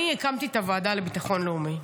אני הקמתי את הוועדה לביטחון לאומי.